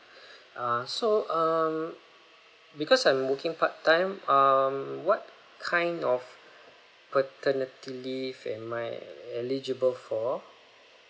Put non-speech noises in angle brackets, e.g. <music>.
<breath> ah so um because I'm working part time um what kind of paternity leave am I eligible for